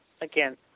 Again